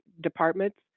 departments